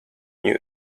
new